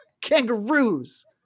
kangaroos